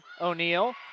O'Neill